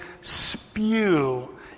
spew